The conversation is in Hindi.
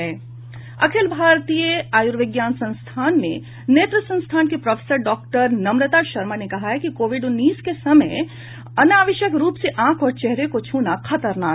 अखिल भारतीय आयूर्विज्ञान संस्थान में नेत्र संस्थान की प्रोफेसर डॉक्टर नम्रता शर्मा ने कहा है कि कोविड उन्नीस के समय में अनावश्यक रूप से आंख और चेहरे को छूना खतरनाक है